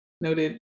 noted